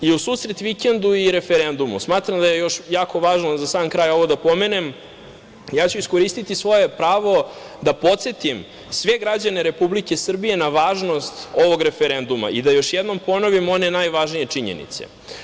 U susret vikendu i referendumu, smatram da je još jako važno za sam kraj ovo da pomenem, ja ću iskoristiti svoje pravo da podsetim sve građane Republike Srbije na važnost ovog referenduma i da još jednom ponovim one najvažnije činjenice.